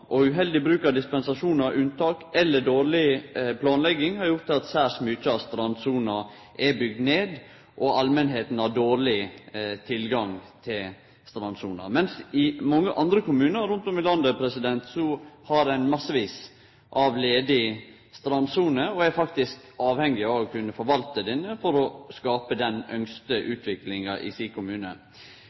og uheldig bruk av dispensasjonar og unntak, eller at dårleg planlegging har gjort at særs mykje av strandsona er bygd ned og allmenta har dårleg tilgang til strandsona, mens i mange andre kommunar rundt om i landet har ein massevis av ledig strandsone og er faktisk avhengig av å kunne forvalte ho for å skape den ynskte utviklinga i